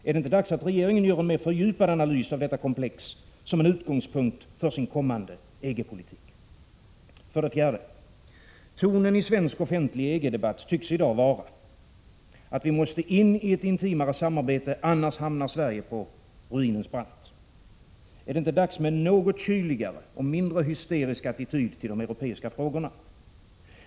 Är det inte dags att regeringen gör en mer fördjupad analys av detta komplex som en utgångspunkt för sin kommande EG-politik? För det fjärde: Tonen i svensk offentlig EG-debatt tycks i dag vara sådan att man menar att vi måste in i ett intimare samarbete — annars hamnar Sverige på ruinens brant. Är det inte dags med en något kyligare och mindre hysterisk attityd till det europeiska frågorna?